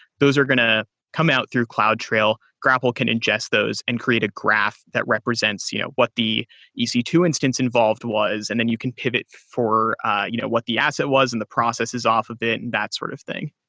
those are going to come out through cloudtrail. grapl can ingest those and create a graph that represents you know what the e c two instance involved was and then you can pivot for ah you know what what the asset was and the process of off of it and that sort of thing.